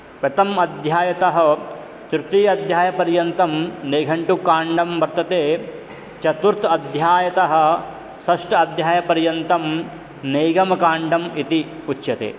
प्रथमः अध्यायतः तृतीयः अध्यायपर्यन्तं नैघण्टुकाण्डः वर्तते चतुर्थः अध्यायतः षष्ठः अध्यायपर्यन्तं नैगमकाण्डः इति उच्यते